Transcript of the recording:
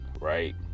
right